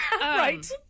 Right